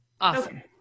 Awesome